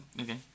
okay